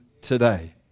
today